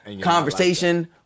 conversation